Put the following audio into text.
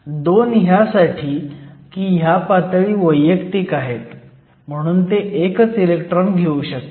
2 ह्यासाठी की ह्या पातळी वैयक्तिक आहेत म्हणून ते एकच इलेक्ट्रॉन घेऊ शकतात